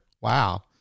Wow